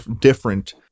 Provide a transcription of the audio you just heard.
different